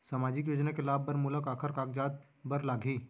सामाजिक योजना के लाभ बर मोला काखर कागजात बर लागही?